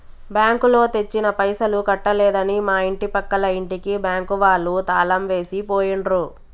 బ్యాంకులో తెచ్చిన పైసలు కట్టలేదని మా ఇంటి పక్కల ఇంటికి బ్యాంకు వాళ్ళు తాళం వేసి పోయిండ్రు